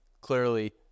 Clearly